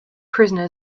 prisoners